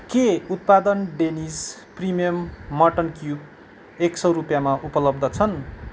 के उत्पादन Dennis premium mutton cubes एक सौ रुपियाँमा उपलब्ध छन्